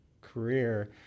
career